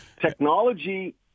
Technology